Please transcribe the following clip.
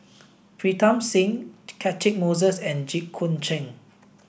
Pritam Singh Catchick Moses and Jit Koon Ch'ng